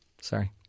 Sorry